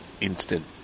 instant